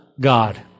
God